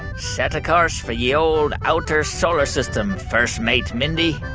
set a course for ye olde outer solar system, first mate mindy